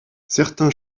certains